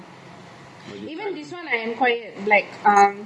even this one I enquired black um